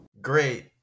Great